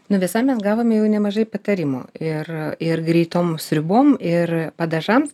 nu visai mes gavome jau nemažai patarimų ir ir greitom sriubom ir padažams